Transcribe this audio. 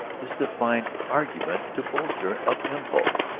is to find argument to bolster up impulse.